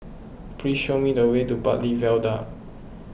please show me the way to Bartley Viaduct